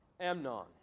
Amnon